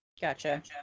Gotcha